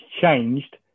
changed